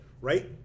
right